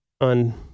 on